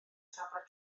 safle